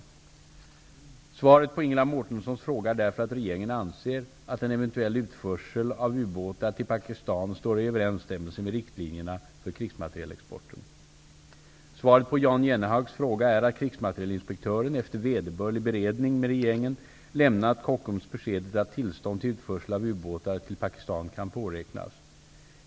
Svaret på Ingela Mårtenssons fråga är därför att regeringen anser att en eventuell utförsel av ubåtar till Pakistan står i överensstämmelse med riktlinjerna för krigsmaterielexporten. Svaret på Jan Jennehags fråga är att krigsmaterielinspektören efter vederbörlig beredning med regeringen lämnat Kockums beskedet att tillstånd till utförsel av utbåtar till Pakistan kan påräknas.